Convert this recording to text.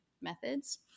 methods